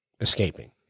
escaping